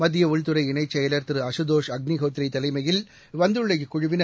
மத்திய உள்துறை இணைச் செயலாளர் திரு அசுதோஷ் அக்னிஹோத்ரி தலைமையில் வந்துள்ள இக்குழுவினர்